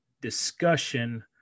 discussion